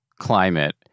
climate